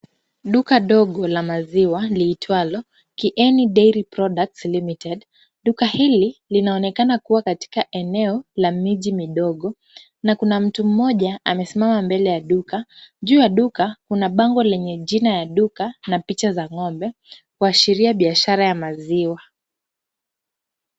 Duka ndogo la maziwa liitwalo Kieni Dairy Products Limited. Duka hili linaonekana kuwa katika la miti midogo na kuna mtu mmoja amesimama mbele ya duka. Juu ya duka kuna bango lenye jina ya duka na picha za ng'ombe kuashiria biashara ya maziwa.